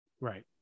Right